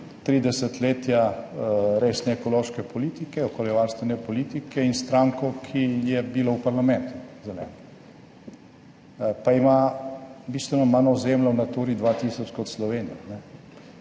desetletja resne ekološke politike, okoljevarstvene politike in stranko, ki je bila v parlamentu, Zeleno, pa ima bistveno manj ozemlja v Naturi 2000 kot Slovenija.